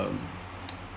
um